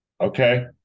Okay